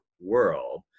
world